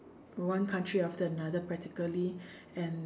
one country after another practically and